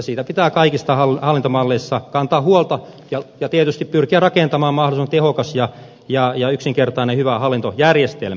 siitä pitää kaikissa hallintomalleissa kantaa huolta ja tietysti pitää pyrkiä rakentamaan mahdollisimman tehokas ja yksinkertainen ja hyvä hallintojärjestelmä